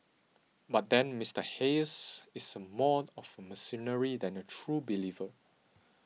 but then Mister Hayes is a more of a mercenary than a true believer